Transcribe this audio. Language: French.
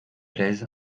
plaisent